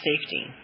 safety